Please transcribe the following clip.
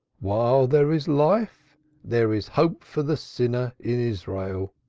while there is life there is hope for the sinner in israel.